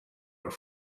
are